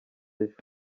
ejo